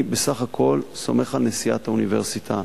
אני בסך הכול סומך על נשיאת האוניברסיטה